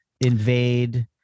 invade